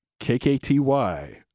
KKTY